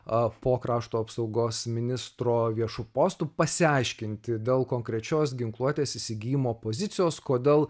a po krašto apsaugos ministro viešu postu pasiaiškinti dėl konkrečios ginkluotės įsigijimo pozicijos kodėl